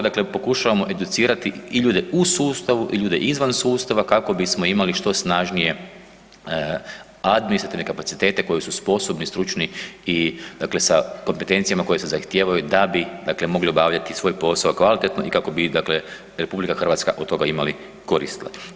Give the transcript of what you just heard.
Dakle, pokušavamo educirati i ljude u sustavu i ljude izvan sustava kako bismo imali što snažnije administrativne kapacitete koji su sposobni, stručni dakle i sa kompetencijama koje se zahtijevaju da bi dakle mogli obavljati svoj posao kvalitetno i kako bi dakle RH od toga imali korist.